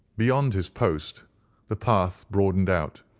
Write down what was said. beyond his post the path broadened out,